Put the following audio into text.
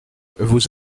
vous